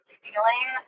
feeling